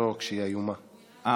אני עובר להסתייגות מס'